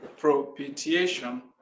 propitiation